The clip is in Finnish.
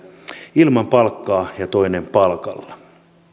ilman palkkaa ja toinen palkalla